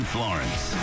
Florence